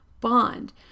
bond